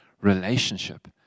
relationship